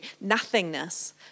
nothingness